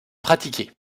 pratiquées